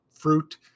fruit